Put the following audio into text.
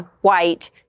white